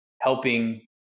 helping